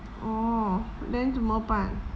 orh then 怎么办